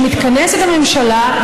שמתכנסת הממשלה,